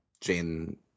Jane